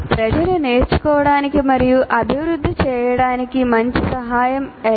ప్రజలు నేర్చుకోవడానికి మరియు అభివృద్ధి చేయడానికి మంచి సహాయం ఎలా